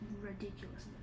ridiculousness